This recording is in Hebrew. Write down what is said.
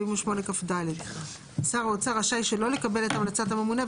78כד; שר האוצר רשאי שלא לקבל את המלצת הממונה,